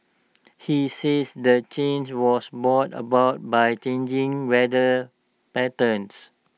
he saids the change was brought about by changing weather patterns